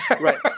Right